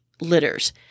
litters